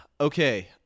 okay